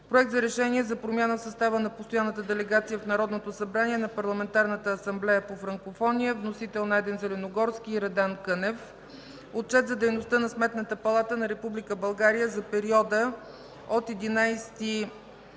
Проект за решение за промяна в състава на Постоянната делегация на Народното събрание в Парламентарната асамблея по франкофония. Вносители – Найден Зеленогорски и Радан Кънев. Отчет за дейността на Сметната палата на Република България за периода от 11